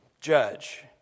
judge